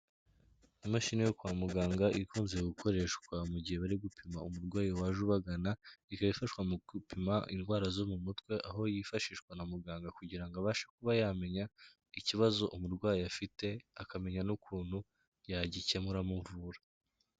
Imashini yo kwa muganga ikunze gukoreshwa mu gihe bari gupima umurwayi waje ubagana, ikaba yifashishwa mu gupima indwara zo mu mutwe, aho yifashishwa na muganga kugirango ngo abashe kuba yamenya ikibazo umurwayi afite akamenya n'ukuntu yagikemura amuvura.